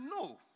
no